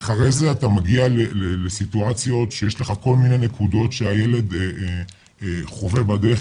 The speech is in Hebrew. אחרי זה אתה מגיע לסיטואציות שיש לך כל מיני נקודות שהילד חווה בדרך,